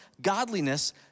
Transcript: godliness